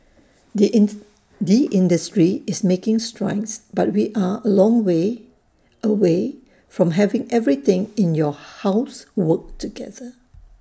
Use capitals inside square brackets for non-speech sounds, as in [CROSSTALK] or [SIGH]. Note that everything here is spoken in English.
the [UNINTELLIGIBLE] the industry is making strides but we are A long way away from having everything in your house work together